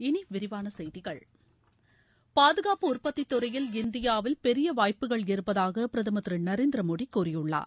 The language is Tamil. இனி விரிவான செய்திகள் பாதுகாப்பு உற்பத்தி துறையில் இந்தியாவில் பெரிய வாய்ப்புகள் இருப்பதாக பிரதமர் திரு நரேந்திரமோடி கூறியுள்ளார்